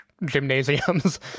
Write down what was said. gymnasiums